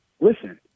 Listen